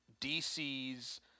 DC's